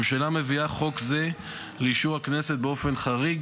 הממשלה מביאה חוק זה לאישור הכנסת באופן חריג